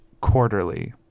quarterly